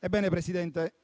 Ebbene, Presidente,